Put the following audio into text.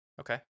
Okay